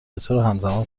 بطورهمزمان